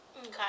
okay